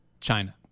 China